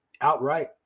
outright